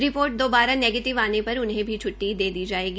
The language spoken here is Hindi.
रिपोर्ट दोबारा नैगेटिव आने पर उन्हें भी छुट्टी दे दी जायेगी